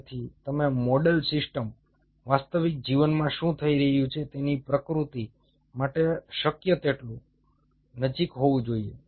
તેથી તમે model system વાસ્તવિક જીવનમાં શું થઈ રહ્યું છે તેની પ્રતિકૃતિ માટે શક્ય તેટલું નજીક હોવું જોઈએ